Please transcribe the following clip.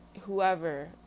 whoever